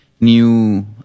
new